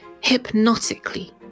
hypnotically